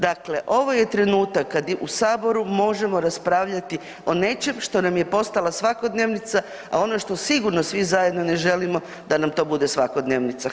Dakle, ovo je trenutak kad u Saboru možemo raspravljati o nečemu što nam je postala svakodnevnica a ono što sigurno svi zajedno ne želimo da nam to bude svakodnevnica.